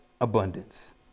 abundance